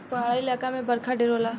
पहाड़ी इलाका मे बरखा ढेर होला